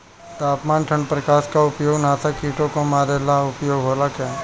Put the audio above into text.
तापमान ठण्ड प्रकास का उपयोग नाशक कीटो के मारे ला उपयोग होला का?